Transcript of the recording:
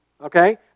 Okay